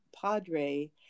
padre